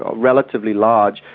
ah relatively large,